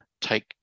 take